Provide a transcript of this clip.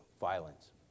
violence